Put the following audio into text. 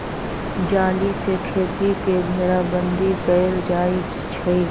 जाली से खेती के घेराबन्दी कएल जाइ छइ